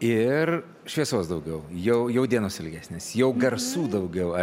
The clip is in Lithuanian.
ir šviesos daugiau jau jau dienos ilgesnės jau